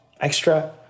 extra